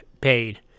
paid